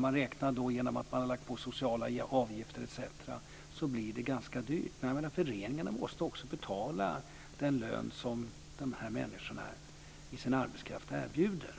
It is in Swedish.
man räknar med att man lägger på sociala avgifter etc. så blir det ganska dyrt. Men föreningarna måste ju också betala lön för den arbetskraft som de här människorna erbjuder.